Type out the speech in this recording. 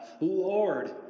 Lord